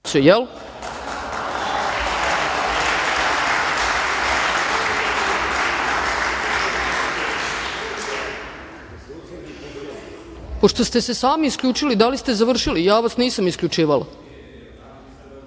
jel? Pošto ste se sami isključili, da li ste završili, ja vas nisam isključivala.